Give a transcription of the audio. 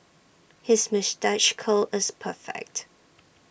his moustache curl is perfect